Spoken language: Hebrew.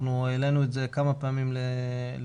אנחנו העלינו את זה כמה פעמים לדיון.